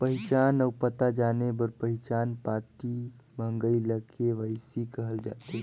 पहिचान अउ पता जाने बर पहिचान पाती मंगई ल के.वाई.सी कहल जाथे